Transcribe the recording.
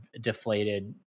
deflated